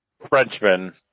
Frenchman